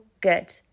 good